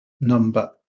number